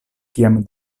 kiam